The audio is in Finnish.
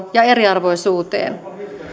ja eriarvoisuuteen